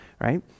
right